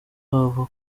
haba